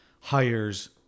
hires